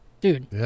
Dude